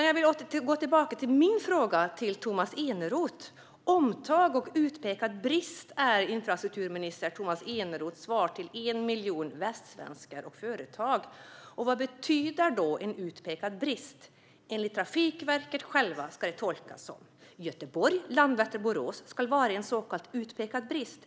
Jag vill gå tillbaka till min fråga till Tomas Eneroth. Omtag och utpekad brist är infrastrukturminister Tomas Eneroths svar till 1 miljon västsvenskar och företag. Vad betyder då en utpekad brist? Enligt Trafikverket ska det tolkas som att Göteborg-Landvetter-Borås ska var en så kallad utpekad brist.